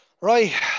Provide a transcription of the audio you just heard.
Right